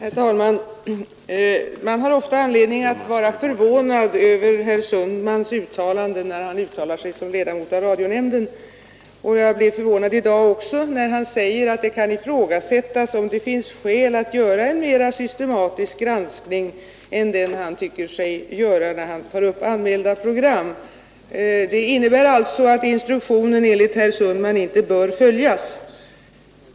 Herr talman! Man har ofta anledning att vara förvånad över herr Sundmans uttalanden när han uttalar sig som ledamot av radionämnden. Jag blev förvånad i dag också när han sade att det kan ifrågasättas om det finns skäl att göra en mera systematisk granskning än att behandla anmälda program. Det innebär alltså att instruktionen enligt herr Sundman inte bör följas.